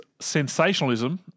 sensationalism